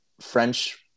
French